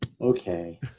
okay